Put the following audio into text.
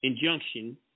injunction